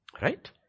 Right